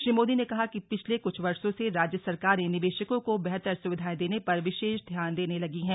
श्री मोदी ने कहा कि पिछले कुछ वर्षो से राज्य सरकारें निवेशकों को बेहतर सुविधाएं देने पर विशेष ध्यान देने लगी हैं